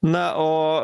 na o